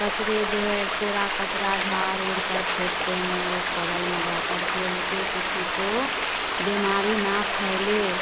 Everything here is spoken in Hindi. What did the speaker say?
कचरा जो है पूरा कचरा झाड़ उड़कर फेंकते हैं एक बगल में जा करके की किसी को बीमारी ना फैले